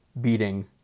beating